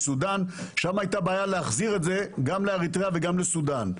הייתה בעיה להחזיר גם לאריתריאה וגם לסודן.